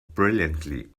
brilliantly